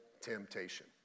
temptation